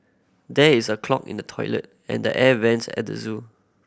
there is a clog in the toilet and air vents at the zoo